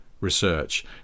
research